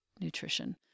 nutrition